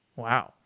wow!